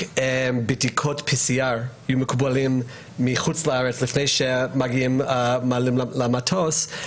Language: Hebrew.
רק בדיקות PCR מקובלות לפני שעולים לטיסה.